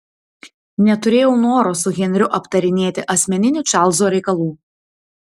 neturėjau noro su henriu aptarinėti asmeninių čarlzo reikalų